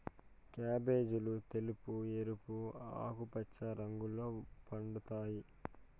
క్యాబేజీలు తెలుపు, ఎరుపు, ఆకుపచ్చ రంగుల్లో పండుతాయి